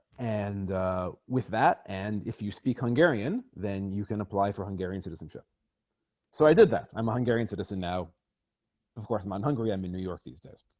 and with that and if you speak hungarian then you can apply for hungarian citizenship so i did that i'm a hungarian citizen now of course mine hungry i'm in new york these days